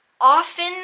often